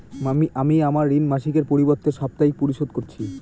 আমি আমার ঋণ মাসিকের পরিবর্তে সাপ্তাহিক পরিশোধ করছি